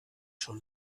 schon